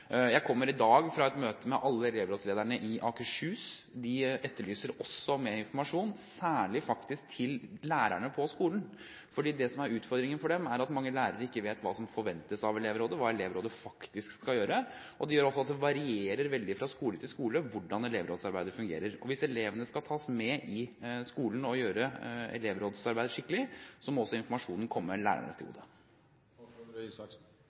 Jeg kommer i dag fra et møte med alle elevrådslederne i Akershus. De etterlyser også mer informasjon, særlig faktisk til lærerne på skolen. Det som er utfordringen for dem, er at mange lærere ikke vet hva som forventes av elevrådet og hva elevrådet faktisk skal gjøre, og de oppfatter at det varierer veldig fra skole til skole hvordan elevrådsarbeidet fungerer. Og hvis elevene skal tas med i skolen og gjøre elevrådsarbeidet skikkelig, må også informasjonen komme lærerne til